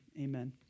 amen